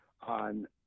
on